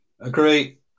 Agree